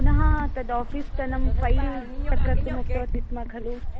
पुनः तत् आफ़ीस् तनं फ़ैल् तत् कर्तुं उक्तवती स्म खलु